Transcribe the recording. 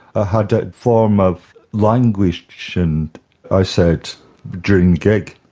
ah had a form of language. and i said during the gig.